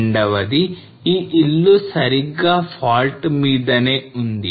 రెండవది ఈ ఇల్లు సరిగ్గా fault మీదనే ఉంది